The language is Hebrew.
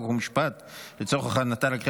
חוק ומשפט נתקבלה.